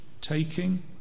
taking